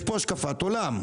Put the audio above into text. יש פה השקפת עולם,